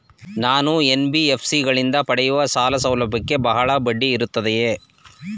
ನಾನು ಎನ್.ಬಿ.ಎಫ್.ಸಿ ಗಳಿಂದ ಪಡೆಯುವ ಸಾಲ ಸೌಲಭ್ಯಕ್ಕೆ ಬಹಳ ಬಡ್ಡಿ ಇರುತ್ತದೆಯೇ?